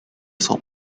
salt